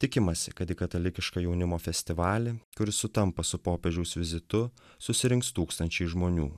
tikimasi kad į katalikišką jaunimo festivalį kuris sutampa su popiežiaus vizitu susirinks tūkstančiai žmonių